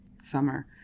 summer